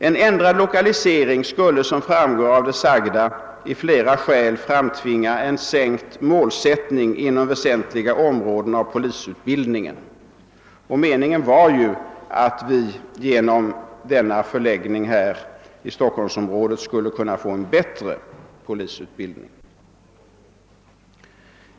En ändrad lokalisering skulle, som framgår av det sagda, i flera fall framtvinga en sänkt målsättning inom väsentliga områden av polisutbildningen, och meningen var ju att vi genom att förlägga skolan inom Stockholmsområdet skulle kunna få en bättre polisutbildning.